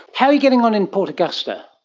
how are you getting on in port augusta?